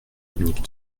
dominique